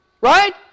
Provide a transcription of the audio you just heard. Right